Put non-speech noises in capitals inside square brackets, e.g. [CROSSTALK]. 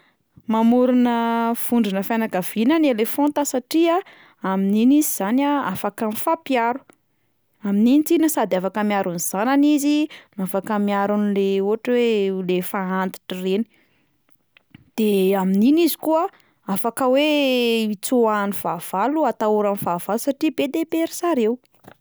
Mamorona vondrona fianakaviana ny elefanta satria amin'iny izy zany afaka mifampiaro, amin'iny tsinona sady afaka miaro ny zanany izy no afaka miaro an'le ohatra hoe le efa antitra ireny, de amin'iny izy koa afaka hoe [HESITATION] hitsoahan'ny fahavalo, hatahoran'ny fahavalo satria be de be ry zareo.